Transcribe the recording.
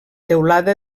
teulada